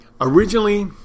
Originally